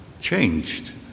changed